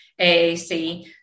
AAC